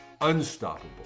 Unstoppable